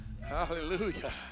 hallelujah